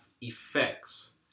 effects